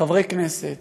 חברי כנסת